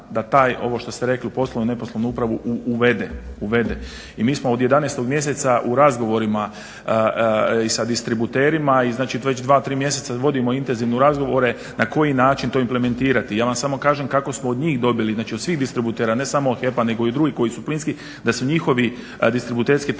da taj ovo što ste rekli u poslovnom i neposlovnom upravu uvede. I mi smo od 11 mjeseca u razgovorima i sa distributerima i znači tu već dva, tri mjeseca vodimo intenzivne razgovore na koji način to implementirali. Ja vam samo kažem kako smo od njih dobili, od svih distributera ne samo od HEP-a nego i drugih koji su plinski, da se njihovi distributerski tarifni